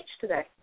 today